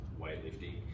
weightlifting